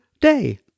day